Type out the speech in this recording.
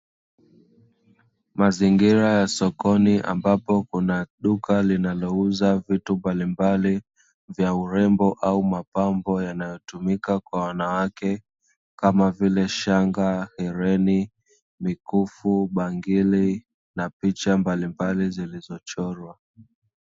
Mazingira ya sokoni ambapo kuna duka linalouza vitu mbalimbali vya urembo au mapambo yanayotumika kwa wanawake kama vile: shanga, hereni, mikufu, bangili na picha mbalimbali zilizochorwa.